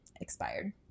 expired